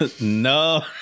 No